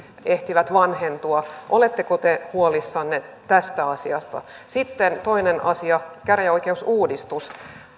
ehtivät vanhentua oletteko te huolissanne tästä asiasta sitten toinen asia käräjäoikeusuudistus